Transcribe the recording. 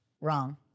Wrong